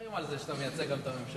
סומכים על זה שאתה מייצג גם את הממשלה.